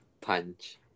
punch